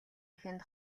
эхэнд